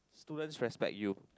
students respect you